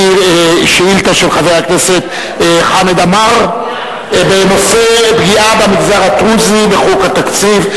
שאילתא של חבר הכנסת חמד עמאר בנושא: פגיעה במגזר הדרוזי בחוק התקציב.